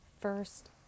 first